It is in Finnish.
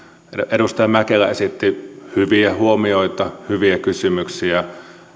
edustaja mäkelä esitti hyviä huomioita hyviä kysymyksiä